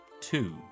two